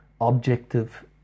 objective